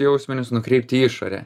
jausminius nukreipt į išorę